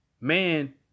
man